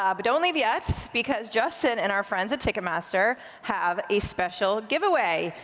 um but don't leave yet, because justin and our friends at ticketmaster have a special giveaway.